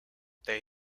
they